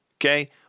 Okay